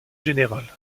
général